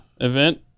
event